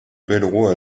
bellerots